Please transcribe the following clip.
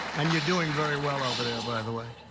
and you're doing very well over there by the way.